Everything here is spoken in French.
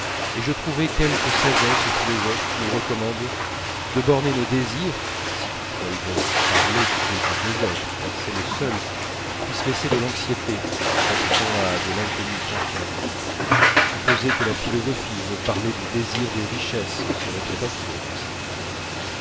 et je trouvais quelque sagesse aux philosophes qui nous recommandent de borner nos désirs si toutefois ils veulent parler du désir des êtres car c'est le seul qui puisse laisser de l'anxiété s'appliquant à de l'inconnu conscient supposer que la philosophie veut parler du désir des richesses serait trop absurde